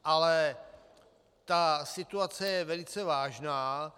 Ale ta situace je velice vážná.